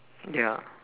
ya